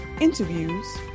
interviews